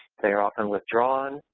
they're often withdrawn,